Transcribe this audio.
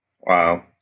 Wow